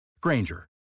Granger